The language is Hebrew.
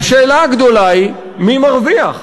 השאלה הגדולה היא מי מרוויח.